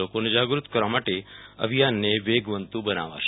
લોકોને જાગૃત કરવા માટે અભિયાનને વેગવંતુ બનાવાશે